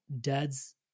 dad's